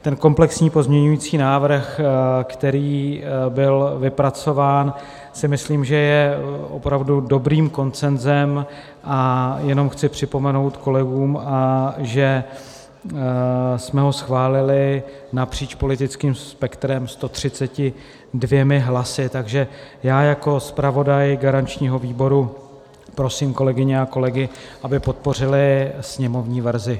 Ten komplexní pozměňovací návrh, který byl vypracován, si myslím, že je opravdu dobrým konsenzem, a jenom chci připomenout kolegům, že jsme ho schválili napříč politickým spektrem 132 hlasy, takže já jako zpravodaj garančního výboru prosím kolegyně a kolegy, aby podpořili sněmovní verzi.